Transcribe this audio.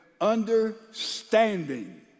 understanding